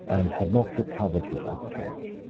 and had not recovered his appetite.